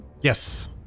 Yes